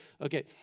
Okay